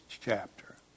chapter